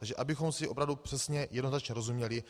Takže abychom si opravdu přesně a jednoznačně rozuměli.